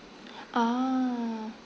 ah